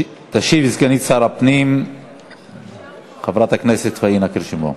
תשיב סגנית שר הפנים חברת הכנסת פניה קירשנבאום.